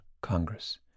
Congress